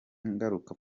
ngaruka